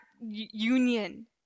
Union